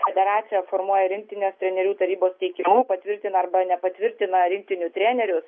federacija formuoja rinktinės trenerių tarybos teikimu patvirtina arba nepatvirtina rinktinių trenerius